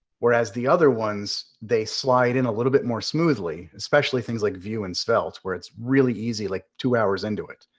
whereas the other ones, they slide in a little bit more smoothly. especially things like vue and svelte, where it's really easy, like two hours into it.